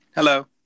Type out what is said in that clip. Hello